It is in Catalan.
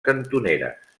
cantoneres